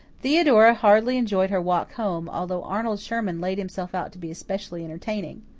theodora hardly enjoyed her walk home, although arnold sherman laid himself out to be especially entertaining.